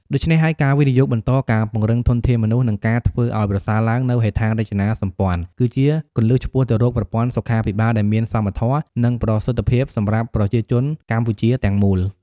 ដូច្នេះហើយ ការវិនិយោគបន្ត ការពង្រឹងធនធានមនុស្ស និងការធ្វើឱ្យប្រសើរឡើងនូវហេដ្ឋារចនាសម្ព័ន្ធ គឺជាគន្លឹះឆ្ពោះទៅរកប្រព័ន្ធសុខាភិបាលដែលមានសមធម៌ និងប្រសិទ្ធភាពសម្រាប់ប្រជាជនកម្ពុជាទាំងមូល។